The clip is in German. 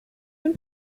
dem